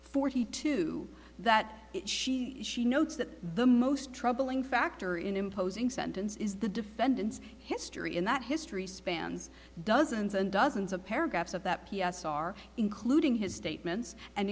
two that she she notes that the most troubling factor in imposing sentence is the defendant's history and that history spans dozens and dozens of paragraphs of that p s r including his statements and